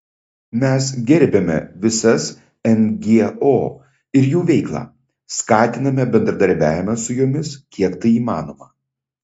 mes gerbiame visas ngo ir jų veiklą skatiname bendradarbiavimą su jomis kiek tai įmanoma